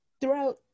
throughout